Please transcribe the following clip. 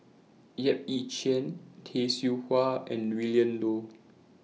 Yap Ee Chian Tay Seow Huah and Willin Low